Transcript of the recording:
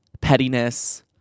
pettiness